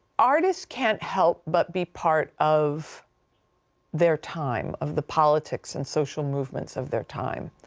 artists can't help but be part of their time of the politics and social movements of their time.